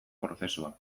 prozesua